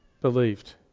believed